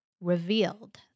revealed